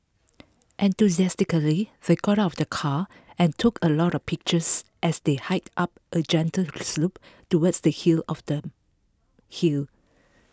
enthusiastically they got out of the car and took a lot of pictures as they hiked up a gentle slope towards the hill of the hill